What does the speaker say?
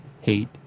hate